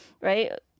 right